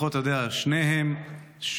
שניהם,